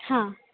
हा